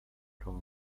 koło